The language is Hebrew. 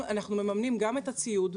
אנחנו מממנים גם את הציוד,